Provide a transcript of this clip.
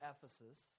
Ephesus